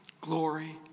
glory